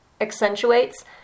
accentuates